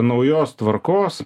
naujos tvarkos